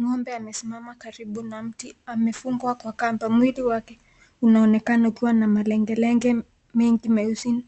Ngombe amesimama karibu na mti. A amefungwa Kwa Kamba mwili wake unaonekana yakiwa na malengelenge mengi meusi